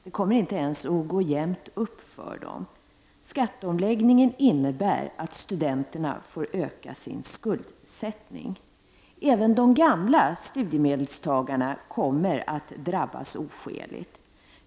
Det kommer inte ens att gå jämnt upp för dem. Skatteomläggningen innebär att studenterna får öka sin skuldsättning. Även de gamla studiemedelstagarna kommer att drabbas oskäligt.